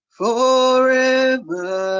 forever